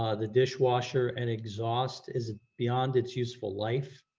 ah the dishwasher and exhaust is beyond its useful life,